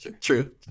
true